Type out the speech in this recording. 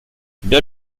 bien